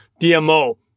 DMO